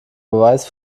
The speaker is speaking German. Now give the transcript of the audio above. beweis